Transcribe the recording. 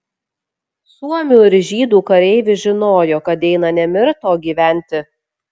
suomių ir žydų kareivis žinojo kad eina ne mirt o gyventi